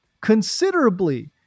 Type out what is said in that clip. considerably